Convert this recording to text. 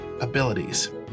abilities